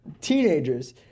teenagers